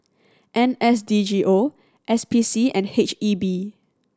N S D G O S P C and H E B